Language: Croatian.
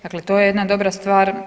Dakle, to je jedna dobra stvar.